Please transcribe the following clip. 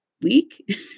week